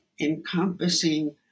encompassing